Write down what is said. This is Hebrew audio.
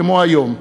כמו היום,